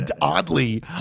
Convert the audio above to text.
oddly